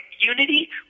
unity